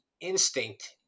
instinct